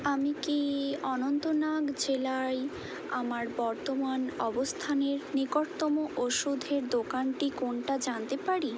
আমি কি অনন্তনাগ জেলায় আমার বর্তমান অবস্থানের নিকটতম ওষুধের দোকানটি কোনটা জানতে পারি